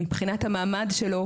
מבחינת המעמד שלו,